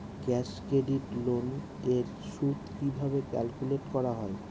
Cash credit loan এর সুদ কিভাবে ক্যালকুলেট করা হয়?